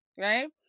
right